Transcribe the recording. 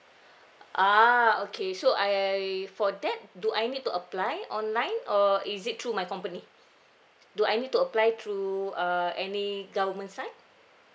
ah okay so I for that do I need to apply online or is it through my company do I need to apply through err any government side